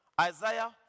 Isaiah